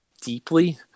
deeply